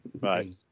Right